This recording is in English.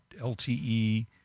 LTE